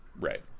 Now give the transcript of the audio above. Right